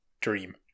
dream